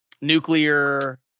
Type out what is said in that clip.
nuclear